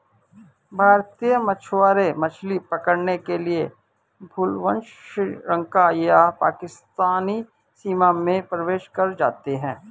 भारतीय मछुआरे मछली पकड़ने के लिए भूलवश श्रीलंका या पाकिस्तानी सीमा में प्रवेश कर जाते हैं